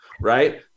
right